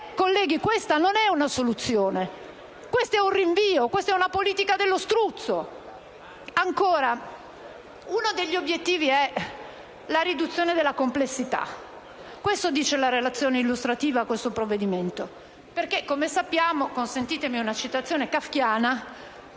colleghi, questa non è una soluzione: questo è un rinvio, questa è una politica dello struzzo. Ancora: uno degli obiettivi è la riduzione della complessità (questo dice la relazione illustrativa a questo provvedimento). Come sappiamo - consentitemi una citazione kafkiana